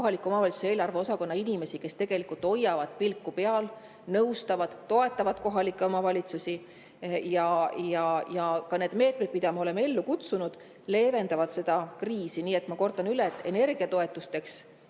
kohalike omavalitsuste eelarve osakonna inimesi, kes hoiavad pilku peal, nõustavad, toetavad kohalikke omavalitsusi. Ka need meetmed, mida me oleme ellu kutsunud, leevendavad seda kriisi. Nii et ma kordan üle: energiatoetusteks